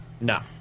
No